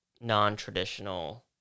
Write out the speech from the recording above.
non-traditional